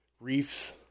Reefs